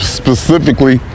specifically